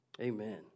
Amen